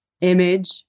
image